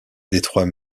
détroit